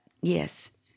yes